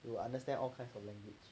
you will understand all kind of language